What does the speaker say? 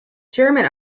german